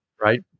Right